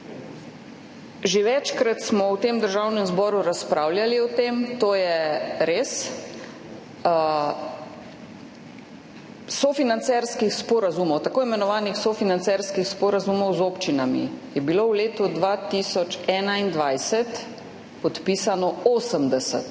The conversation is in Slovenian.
Že večkrat smo v tem državnem zboru razpravljali o tem, to je res, tako imenovanih sofinancerskih sporazumov z občinami je bilo v letu 2021 podpisanih 80,